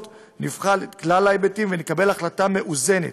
נבחן את כלל ההיבטים ונקבל החלטה מאוזנת,